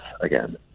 again